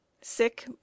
sick